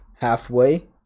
halfway